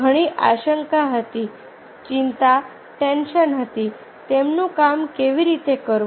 ઘણી આશંકા હતી ચિંતા ટેન્શન હતી તેમનું કામ કેવી રીતે કરવું